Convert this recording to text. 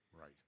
right